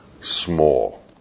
small